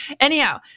anyhow